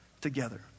together